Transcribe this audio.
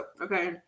Okay